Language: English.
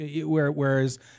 Whereas